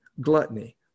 gluttony